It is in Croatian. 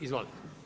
Izvolite.